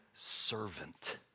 servant